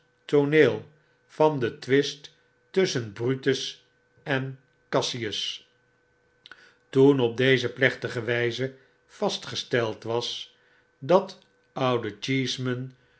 tooneel van den twist tusschen brutus en cassius toen op deze plechtige wjjze vastgesteld was dat oude